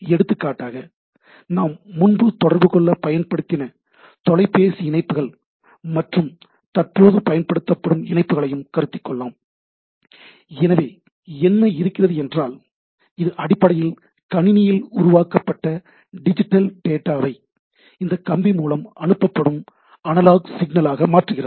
எடுத்துக்காட்டாக நாம் முன்பு தொடர்புகொள்ள பயன்படுத்தின தொலைபேசி இணைப்புகள் மற்றும் தற்போது பயன்படுத்தப்படும் இணைப்புகளையும் கருத்தில் கொள்ளலாம் எனவே என்ன இருக்கிறது என்றால் இது அடிப்படையில் கணினியில் உருவாக்கப்பட்ட டிஜிட்டல் டேட்டாவை இந்த கம்பி மூலம் அனுப்பப்படும் அனலாக் சிக்னலாக மாற்றுகிறது